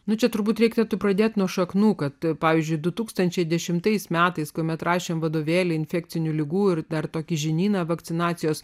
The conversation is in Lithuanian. na čia turbūt reiktų pradėti nuo šaknų kad pavyzdžiui du tūkstančiai dešimtais metais kuomet rašėme vadovėlį infekcinių ligų ir dar tokį žinyną vakcinacijos